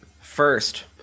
first